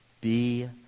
Be